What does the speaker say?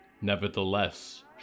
Nevertheless